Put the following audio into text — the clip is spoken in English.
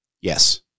Yes